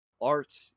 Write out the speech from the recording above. Art